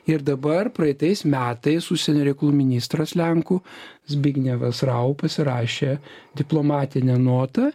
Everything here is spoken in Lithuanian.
ir dabar praeitais metais užsienio reikalų ministras lenkų zbignevas rau pasirašė diplomatinę notą